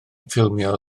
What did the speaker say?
ffilmio